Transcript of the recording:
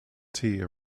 tea